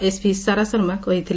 SP Sara Sharma କହିଥିଲେ